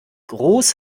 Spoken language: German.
groß